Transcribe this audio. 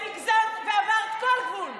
את הגזמת ועברת כל גבול.